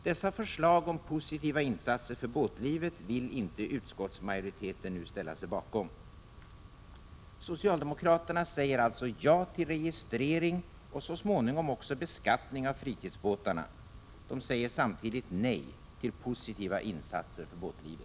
Dessa förslag om positiva insatser för båtlivet vill inte utskottsmajoriteten nu ställa sig bakom. Socialdemokraterna säger ja till registrering och så småningom också beskattning av fritidsbåtarna; de säger samtidigt nej till positiva insatser för båtlivet.